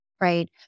Right